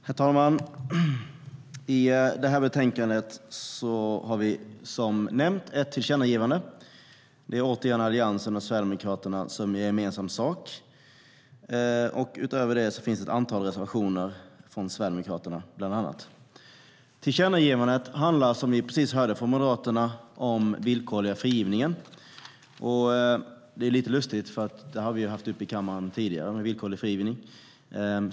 Herr talman! I betänkandet finns, som nämnts, ett tillkännagivande. Det är återigen Alliansen och Sverigedemokraterna som gör gemensam sak. Utöver det finns ett antal reservationer från bland annat Sverigedemokraterna. Tillkännagivandet handlar, precis som ni hörde från Moderaternas talare, om villkorlig frigivning. Det är lite lustigt eftersom frågan om villkorlig frigivning har varit uppe i kammaren tidigare.